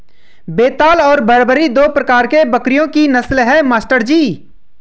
बेताल और बरबरी दो प्रकार के बकरियों की नस्ल है मास्टर जी